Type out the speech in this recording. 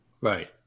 Right